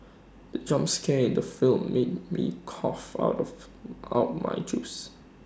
the jump scare in the film made me cough out of out my juice